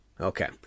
Okay